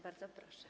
Bardzo proszę.